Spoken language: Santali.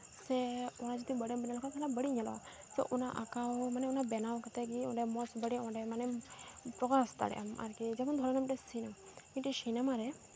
ᱥᱮ ᱚᱱᱟ ᱡᱩᱫᱤ ᱵᱟᱹᱲᱤᱡ ᱮᱢ ᱢᱚᱱᱮ ᱞᱮᱠᱷᱟᱱ ᱵᱟᱹᱲᱤᱡ ᱧᱮᱞᱚᱜᱼᱟ ᱛᱚ ᱚᱱᱟ ᱟᱸᱠᱟᱣ ᱢᱟᱱᱮ ᱚᱱᱟ ᱵᱮᱱᱟᱣ ᱠᱟᱛᱮᱫ ᱜᱮ ᱢᱚᱡᱽ ᱵᱟᱹᱲᱤᱡᱽ ᱚᱸᱰᱮ ᱢᱟᱱᱮᱢ ᱯᱨᱚᱠᱟᱥ ᱫᱟᱲᱮᱜᱼᱟᱢ ᱟᱨᱠᱤ ᱡᱮᱢᱚᱱ ᱫᱷᱚᱨᱮ ᱱᱟᱣ ᱢᱤᱫᱴᱮᱡ ᱥᱤᱱᱮᱢᱟ ᱢᱤᱫᱴᱮᱡ ᱥᱤᱱᱮᱢᱟ ᱨᱮ